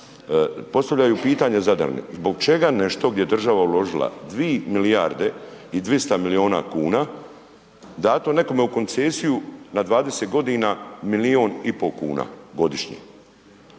Postavljaju pitanje Zadrani, zbog čega nešto gdje je država uložila 2 milijarde i 200 milijuna kuna dato nekome u koncesiju na 20 g., milijun i pol kuna godišnje?